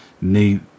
need